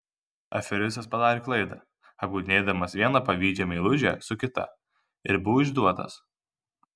aferistas padarė klaidą apgaudinėdamas vieną pavydžią meilužę su kita ir buvo išduotas